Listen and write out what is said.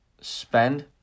spend